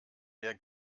mehr